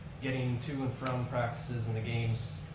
getting to and from practices, and the games.